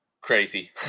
crazy